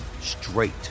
straight